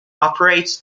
operates